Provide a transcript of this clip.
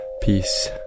Peace